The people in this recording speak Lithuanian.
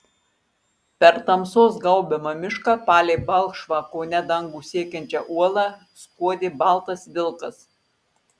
per tamsos gaubiamą mišką palei balkšvą kone dangų siekiančią uolą skuodė baltas vilkas